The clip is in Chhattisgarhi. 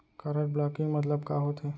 कारड ब्लॉकिंग मतलब का होथे?